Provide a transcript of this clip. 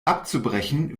abzubrechen